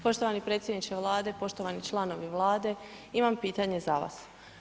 Poštovani predsjedniče Vlade, poštovani članovi Vlade, imam pitanje za vas.